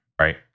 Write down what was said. right